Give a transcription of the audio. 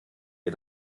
ihr